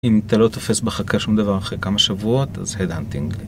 אם אתה לא תופס בחכה שום דבר אחרי כמה שבועות, אז headhunting.